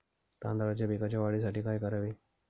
तांदळाच्या पिकाच्या वाढीसाठी काय करावे?